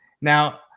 Now